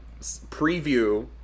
preview